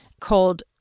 called